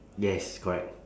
yes correct